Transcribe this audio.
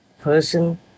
person